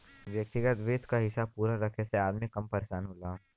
व्यग्तिगत वित्त क हिसाब पूरा रखे से अदमी कम परेसान होला